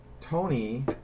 Tony